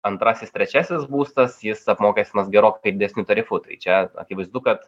antrasis trečiasis būstas jis apmokestinamas gerokai didesniu tarifu tai čia akivaizdu kad